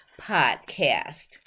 Podcast